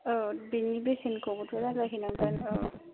औ बिनि बेसेनखौबोथ' रायलायहैनांगोन औ